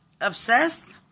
Obsessed